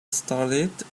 started